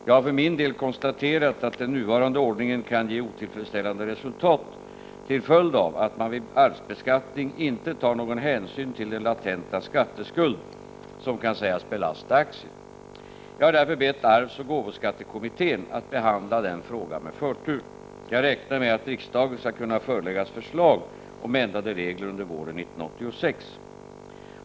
Jag har för min del konstaterat att den nuvarande ordningen kan ge otillfredsställande resultat till följd av att man vid arvsbeskattning inte tar någon hänsyn till den latenta skatteskuld som kan sägas belasta aktier. Jag har därför bett arvsoch gåvoskattekommittén att behandla den frågan med förtur. Jag räknar med att riksdagen skall kunna föreläggas förslag om ändrade regler under våren 1986.